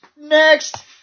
Next